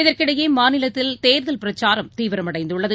இதற்கிடையே மாநிலத்தில் தேர்தல் பிரச்சாரம் தீவிரமடைந்துள்ளது